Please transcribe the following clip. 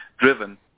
driven